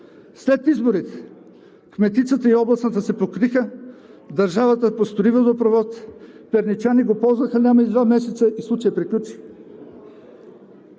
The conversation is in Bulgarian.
След изборите кметицата и областната се покриха, държавата построи водопровод, перничани го ползваха няма и два месеца и случаят приключи.